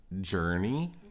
journey